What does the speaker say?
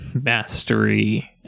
mastery